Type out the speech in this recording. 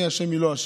מי אשם ומי לא אשם,